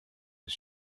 his